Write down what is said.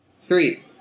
Three